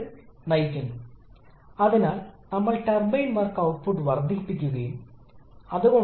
എന്നാൽ അതിനുമുമ്പ് യഥാർത്ഥ സൈക്കിൾ ഗ്രാഫുകൾ പരിശോധിക്കുക